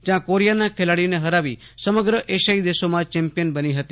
જ્યાં કો રીયાના ખેલાડીને હરાવી સમગ્ર એશિયાઇ દેશો માં ચેમ્પિયન બની હતી